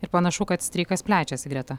ir panašu kad streikas plečiasi greta